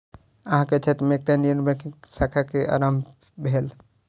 अहाँ के क्षेत्र में एकटा इंडियन बैंकक शाखा के आरम्भ भेल